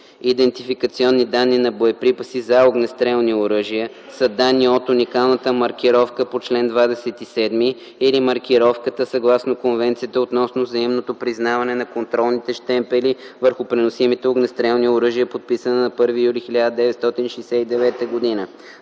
„Идентификационни данни на боеприпаси за огнестрелни оръжия” са данни от уникалната маркировка по чл. 27 или маркировката, съгласно Конвенцията относно взаимното признаване на контролните щемпели върху преносимите огнестрелни оръжия, подписана на 1 юли 1969 г.